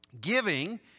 giving